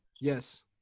Yes